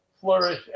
flourish